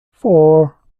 four